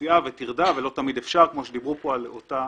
נסיעה וטרדה ולא תמיד אפשר כמו שדיברו כאן על אותה